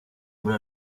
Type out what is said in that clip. muri